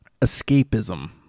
Escapism